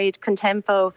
contempo